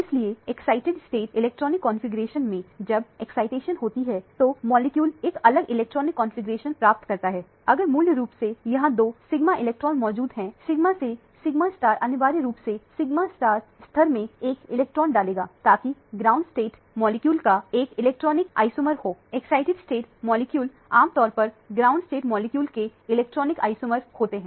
इसलिए excited state electronic configuration में जब एक्साइटेशन होती है तो मॉलिक्यूल एक अलग इलेक्ट्रॉनिक कॉन्फ़िगरेशन प्राप्त करता है अगर मूल रूप से यहां दो सिग्मा इलेक्ट्रॉन मौजूद हैं सिग्मा से सिग्मा अनिवार्य रूप से सिग्मा स्तर में एक इलेक्ट्रॉन डालेंगे ताकि ग्राउंड स्टेट मॉलिक्यूल का एक इलेक्ट्रॉनिक आइसोमर हो एक्साइटिड स्टेट मॉलिक्यूल आमतौर पर ग्राउंड स्टेट मॉलिक्यूल के इलेक्ट्रॉनिक आइसोमर्स होते हैं